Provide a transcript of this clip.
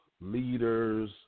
leaders